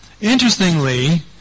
interestingly